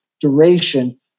duration